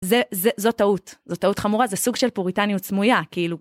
זו טעות, זו טעות חמורה, זה סוג של פוריטניות סמויה, כאילו.